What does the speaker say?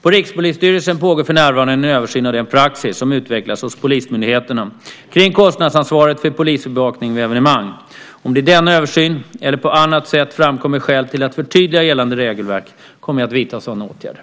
På Rikspolisstyrelsen pågår för närvarande en översyn av den praxis som utvecklats hos polismyndigheterna kring kostnadsansvaret för polisbevakning vid evenemang. Om det i denna översyn eller på annat sätt framkommer skäl till att förtydliga gällande regelverk kommer jag att vidta sådana åtgärder.